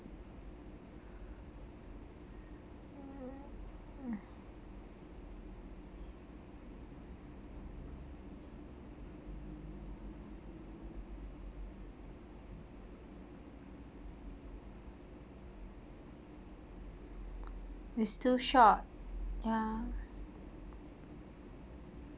it's too short ya